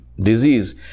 disease